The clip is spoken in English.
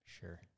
Sure